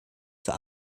zur